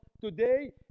Today